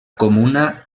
comuna